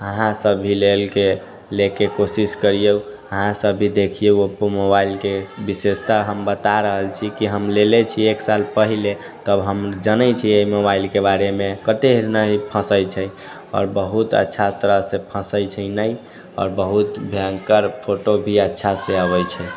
अहाँ सब भी लेके ले के कोशिश करियौ अहाँ सब भी देखियौ ओप्पो मोबाइलके विशेषता हम बता रहल छी कि हम लेले छी एक साल पहिले तब हम जानै छियै मोबाइलके बारेमे कतहु नहि फँसै छै आओर बहुत अच्छा तरहसँ फँसै छै नहि आओर बहुत भयङ्कर फोटो भी अच्छासँ अबै छै